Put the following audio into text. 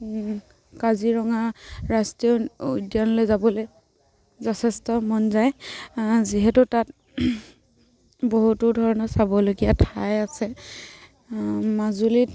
কাজিৰঙা ৰাষ্ট্ৰীয় উদ্যানলৈ যাবলৈ যথেষ্ট মন যায় যিহেতু তাত বহুতো ধৰণৰ চাবলগীয়া ঠাই আছে মাজুলীত